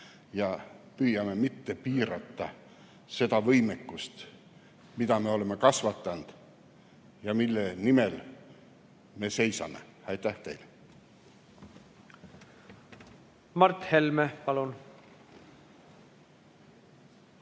ja püüame mitte piirata seda võimekust, mille me oleme saavutanud ja mille eest me seisame! Aitäh teile! Mart Helme, palun!